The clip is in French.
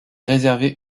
réservée